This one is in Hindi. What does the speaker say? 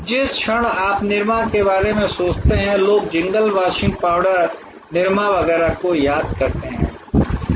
जिस क्षण आप निरमा के बारे में सोचते हैं लोग जिंगल वाशिंग पाउडर निरमा वगैरह को याद करते हैं